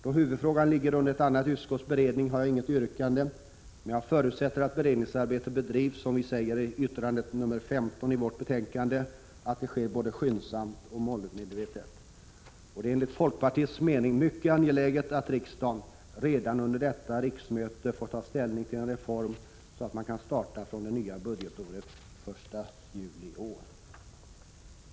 Då huvudfrågan ligger under ett annat utskotts beredning har jag inget yrkande, men jag förutsätter att beredningsarbetet bedrivs, som vi säger i yttrande nr 15 i vårt betänkande, både skyndsamt och målmedvetet. Det är enligt folkpartiets mening mycket angeläget att riksdagen redan under detta riksmöte får ta ställning till en reform så att man kan starta från det nya budgetåret, 1 juli i år.